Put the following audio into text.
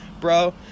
Bro